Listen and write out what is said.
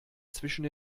zwischen